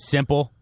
Simple